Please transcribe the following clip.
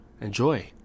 enjoy